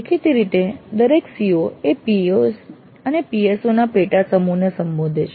દેખીતી રીતે દરેક CO એ POs અને PSO ના પેટ સમૂહને સંબોધે છે